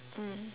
mm